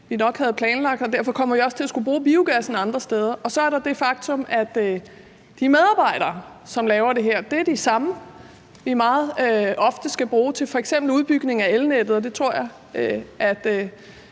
vi nok havde planlagt, og derfor kommer vi også til at skulle bruge biogassen andre steder. Så er der det faktum, at de medarbejdere, som laver det her, er de samme, som vi meget ofte skal bruge til f.eks. udbygning af elnettet – og jeg tror,